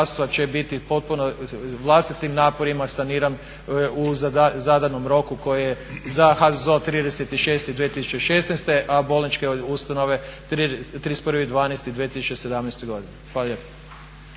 HZZO 36 2016., a bolničke ustanove 31.12.2017. godine.